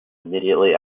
immediately